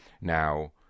Now